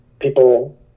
People